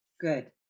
Good